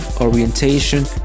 orientation